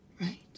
Right